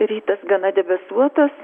rytas gana debesuotas